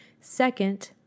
Second